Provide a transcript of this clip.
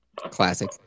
Classic